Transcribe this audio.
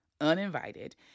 uninvited